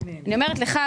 אני אומרת לך,